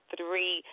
three